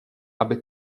aby